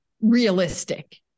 realistic